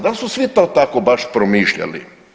Da li su svi to tako baš promišljali?